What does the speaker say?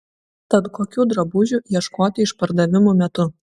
tad kokių drabužių ieškoti išpardavimų metu